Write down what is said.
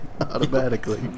automatically